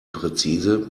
präzise